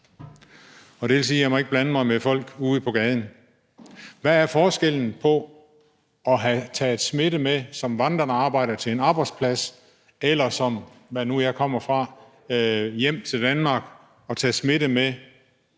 det vil sige, at jeg ikke må blande mig med folk ude på gaden. Hvad er forskellen på at have taget smitte med som vandrende arbejder til en arbejdsplads og som mig, hvor jeg nu kommer fra, at have taget smitten med